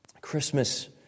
Christmas